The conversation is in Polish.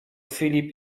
filip